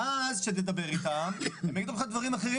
ואז כשתדבר איתם הם יגידו לך דברים אחרים